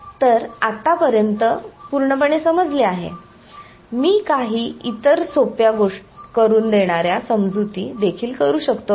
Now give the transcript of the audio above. तर आतापर्यंत पूर्णपणे समजले आहे मी काही इतर सोप्या करून देणाऱ्या समजुती देखील करू शकतो का